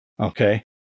okay